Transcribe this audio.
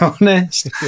honest